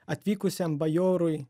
atvykusiam bajorui